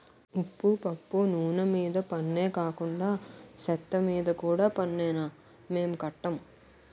ఉప్పు పప్పు నూన మీద పన్నే కాకండా సెత్తమీద కూడా పన్నేనా మేం కట్టం